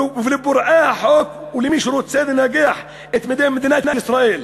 ולפורעי החוק ולמי שרוצה לנגח את מדינת ישראל,